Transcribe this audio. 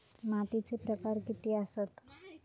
मातीचे प्रकार किती आसत?